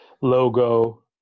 logo